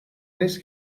نیس